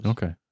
Okay